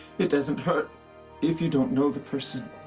it doesn't hurt if you don't know the person